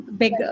big